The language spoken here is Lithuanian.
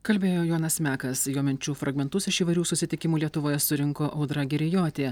kalbėjo jonas mekas jo minčių fragmentus iš įvairių susitikimų lietuvoje surinko audra girijotė